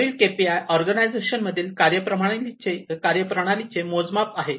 वरील K P I organisation मधील कार्यप्रणालीचे मोजमाप आहेत